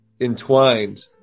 entwined